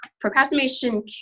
procrastination